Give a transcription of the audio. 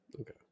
Okay